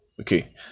Okay